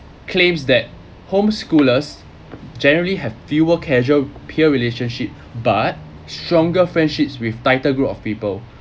claims that homeschoolers generally have fewer casual peer relationship but stronger friendships with tighter group of people